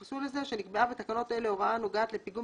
(5)נקבעה בתקנות אלה הוראה הנוגעת לפיגום